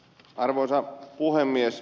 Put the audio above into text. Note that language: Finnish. arvoisa puhemies